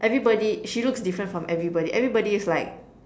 everybody she looks different from everybody everybody is like